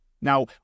Now